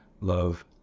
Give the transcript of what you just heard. Love